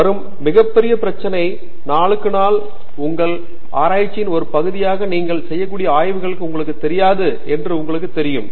வரும் மிகப்பெரிய பிரச்சனை நாளுக்கு நாள் உங்கள் ஆராய்ச்சியின் ஒரு பகுதியாக நீங்கள் செய்யக்கூடிய ஆய்வு உங்களுக்குத் தெரியாது என்று உங்களுக்குத் தெரியும்